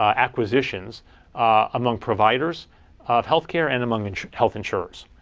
um acquisitions among providers of health care and among and health insurers.